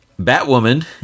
Batwoman